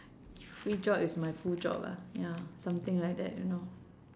free job is my full job ah ya something like that you know